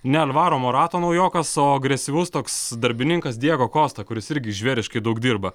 ne ant varomo rato naujokas o agresyvus toks darbininkas diego kosta kuris irgi žvėriškai daug dirba